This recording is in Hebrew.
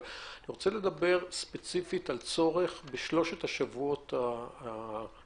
אני רוצה לדבר על צורך ספציפי בשלושת השבועות הקרובים.